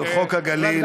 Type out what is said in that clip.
על חוק הגליל.